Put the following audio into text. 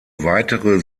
weitere